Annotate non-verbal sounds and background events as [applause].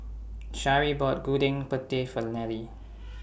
Sharee bought Gudeg Putih For Nelle [noise]